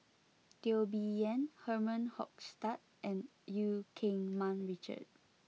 Teo Bee Yen Herman Hochstadt and Eu Keng Mun Richard